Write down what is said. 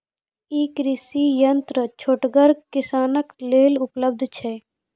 ई कृषि यंत्र छोटगर किसानक लेल उपलव्ध छै?